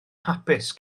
hapus